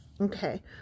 okay